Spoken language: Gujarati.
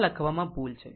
આ લખવામાં ભૂલ છે